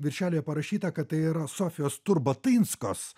viršelyje parašyta kad tai yra sofijos turbotinskos